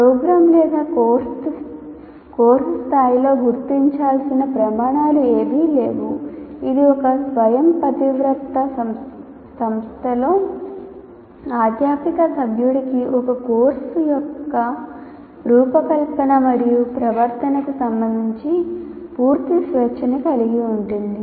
programme లేదా course స్థాయిలో గుర్తించాల్సిన ప్రమాణాలు ఏవీ లేవు ఇది ఒక స్వయంప్రతిపత్త సంస్థలో అధ్యాపక సభ్యుడికి ఒక కోర్సు యొక్క రూపకల్పన మరియు ప్రవర్తనకు సంబంధించి పూర్తి స్వేచ్ఛను కలిగి ఉంది